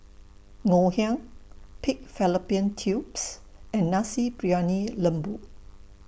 Ngoh Hiang Pig Fallopian Tubes and Nasi Briyani Lembu